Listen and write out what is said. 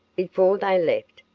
before they left,